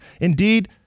Indeed